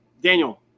Daniel